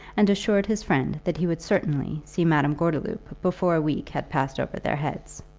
and assured his friend that he would certainly see madame gordeloup before a week had passed over their heads.